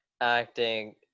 acting